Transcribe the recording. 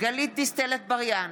גלית דיסטל אטבריאן,